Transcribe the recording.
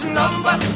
number